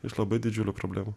iš labai didžiulių problemų